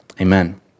amen